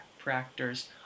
chiropractors